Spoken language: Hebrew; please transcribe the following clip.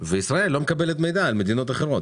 אבל ישראל לא מקבלת מידע על מדינות אחרות.